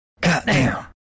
Goddamn